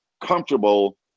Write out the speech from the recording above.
comfortable